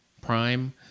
Prime